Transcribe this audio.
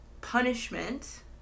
punishment